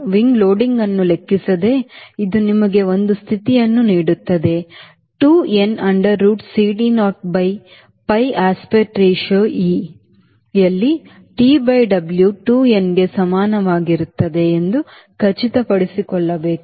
wing loading ಅನ್ನು ಲೆಕ್ಕಿಸದೆ ಇದು ನಿಮಗೆ ಒಂದು ಸ್ಥಿತಿಯನ್ನು ನೀಡುತ್ತದೆ 2 n under root CD naught by pi aspect ratio e ಯಲ್ಲಿTW 2nಗೆ ಸಮನಾಗಿರುತ್ತದೆ ಎಂದು ಖಚಿತಪಡಿಸಿಕೊಳ್ಳಬೇಕು